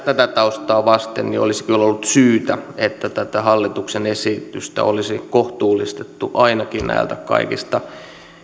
tätä taustaa vasten olisi kyllä ollut syytä että tätä hallituksen esitystä olisi kohtuullistettu ainakin näiltä kaikista